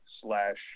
slash